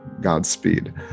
Godspeed